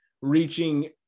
reaching